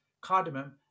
cardamom